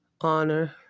honor